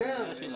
זו השאלה.